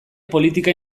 politika